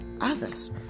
others